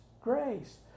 grace